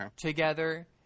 together